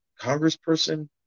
Congressperson